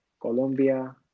Colombia